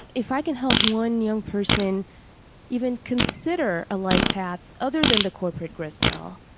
if i can help one young person even consider a life path other than the corporate gristmill,